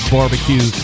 Barbecue